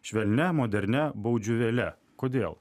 švelnia modernia baudžiuvele kodėl